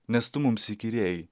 nes tu mums įkyrėjai